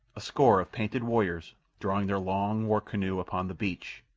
a score of painted warriors, drawing their long war-canoe upon the beach,